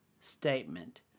Statement